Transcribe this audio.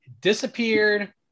disappeared